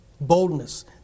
Boldness